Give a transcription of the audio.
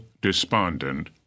despondent